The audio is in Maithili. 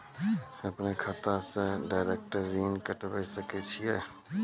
अपन खाता से डायरेक्ट ऋण कटबे सके छियै?